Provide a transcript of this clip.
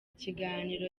kiganiro